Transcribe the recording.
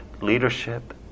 leadership